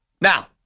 Now